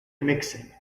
mixing